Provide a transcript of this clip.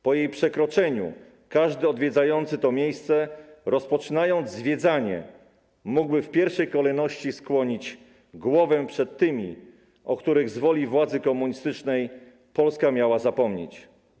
Po jej przekroczeniu każdy odwiedzający to miejsce, rozpoczynając zwiedzanie, mógłby w pierwszej kolejności skłonić głowę przed tymi, o których z woli władzy komunistycznej polska miała zapomnieć.